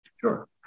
sure